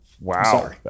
Wow